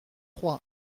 trois